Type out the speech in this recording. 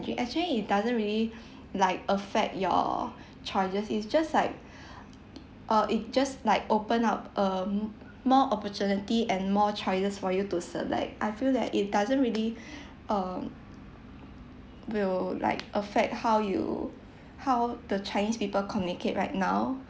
mandarin actually it doesn't really like affect your choices is just like uh it just like open up um more opportunity and more choices for you to select I feel that it doesn't really um will like affect how you how the chinese people communicate right now